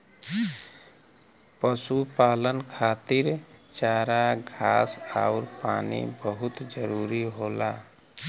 पशुपालन खातिर चारा घास आउर पानी बहुत जरूरी होला